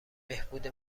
بهبود